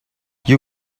you